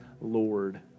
Lord